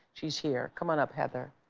she's here. come on up, heather.